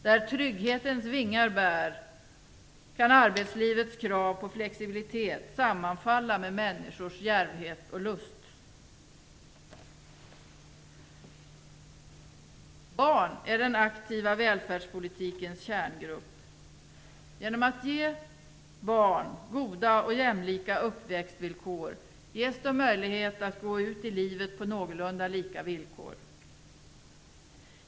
Där trygghetens vingar bär kan arbetslivets krav på flexibilitet sammanfalla med människors djärvhet och lust. Barn är den aktiva välfärdspolitikens kärngrupp. Genom att ge barn goda och jämlika uppväxtvillkor ges de möjlighet att gå ut i livet på någorlunda lika villkor.